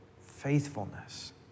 faithfulness